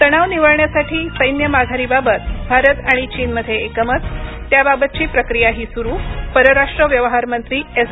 तणाव निवळण्यासाठी सैन्य माघारी बाबत भारत आणि चीनमध्ये एकमत त्याबाबतची प्रक्रियाही स्रू परराष्ट्र व्यवहार मंत्री एस